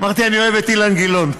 אמרתי: אני אוהב את אילן גילאון,